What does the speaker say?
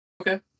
Okay